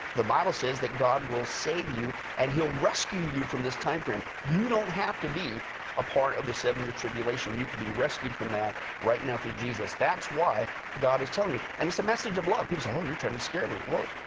the bible says that god will save you, and he'll rescue you for this time frame. you don't have to be a part of the seven year tribulation, you can be rescued from that right now through jesus. that's why god is telling you. and it is message of love. people say, oh, you're trying to scare me. well,